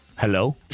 Hello